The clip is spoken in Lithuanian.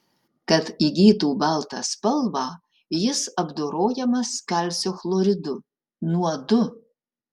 kad įgytų baltą spalvą jis apdorojamas kalcio chloridu nuodu